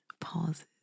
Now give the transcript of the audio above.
pauses